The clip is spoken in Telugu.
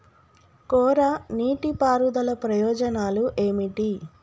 కోరా నీటి పారుదల ప్రయోజనాలు ఏమిటి?